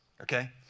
Okay